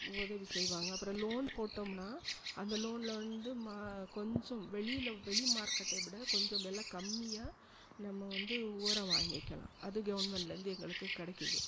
உதவி செய்வாங்க அப்புறம் லோன் போட்டோம்ன்னால் அந்த லோனில் வந்து மா கொஞ்சம் வெளியில் வெளி மார்க்கெட்டைவிட கொஞ்சம் விலை கம்மியாக நம்ம வந்து உரம் வாங்கிக்கலாம் அது கவர்மண்ட்லிருந்து எங்களுக்கு கிடைக்கிது